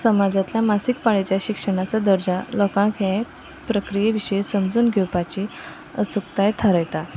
समाजांतल्या मासीक पाळयेच्या शिक्षणाचो दर्जो लोकांक हें प्रक्रिये विशीं समजून घेवपाची उत्सुकताय थारायता